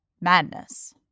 madness